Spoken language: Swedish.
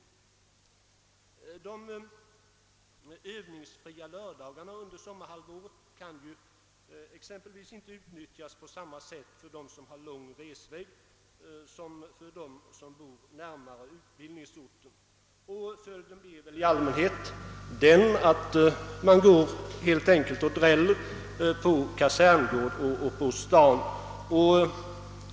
De övningsfria lördagarna under sommarhalvåret kan exempelvis inte utnyttjas på samma sätt av dem som har lång resväg som av dem som bor närmare utbildningsorten. Följden blir väl i allmänhet den att man helt enkelt går och dräller på kaserngården och på stan.